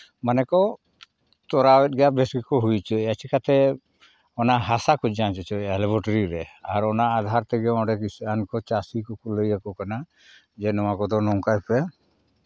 ᱢᱟᱱᱮ ᱠᱚ ᱪᱚᱨᱟᱣᱮᱫ ᱜᱮᱭᱟ ᱜᱮᱠᱚ ᱦᱩᱭ ᱦᱚᱪᱚᱭᱮᱫᱼᱟ ᱪᱤᱠᱟᱹᱛᱮ ᱚᱱᱟ ᱦᱟᱥᱟ ᱠᱚ ᱡᱟᱸᱪ ᱦᱚᱪᱚᱭᱮᱫᱼᱟ ᱞᱮᱵᱚᱴᱳᱨᱤ ᱨᱮ ᱟᱨ ᱚᱱᱟ ᱟᱫᱷᱟᱨ ᱛᱮᱜᱮ ᱚᱸᱰᱮ ᱵᱮᱥᱤ ᱜᱟᱱ ᱠᱚ ᱪᱟᱹᱥᱤ ᱠᱚᱠᱚ ᱞᱟᱹᱭ ᱟᱠᱚ ᱠᱟᱱᱟ ᱡᱮ ᱱᱚᱣᱟ ᱠᱚᱫᱚ ᱱᱚᱝᱠᱟᱭ ᱯᱮ